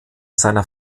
seiner